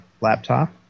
laptop